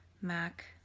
MAC